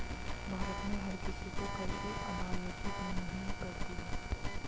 भारत में हर किसी को कर की अदायगी देनी ही पड़ती है